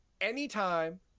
anytime